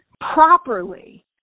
properly